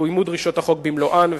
יקוימו דרישות החוק במלואן,